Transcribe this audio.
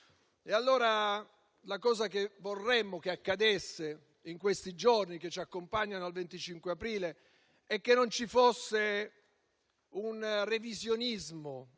quello che vorremmo che accadesse in questi giorni che ci accompagnano al 25 aprile è che non ci fosse revisionismo,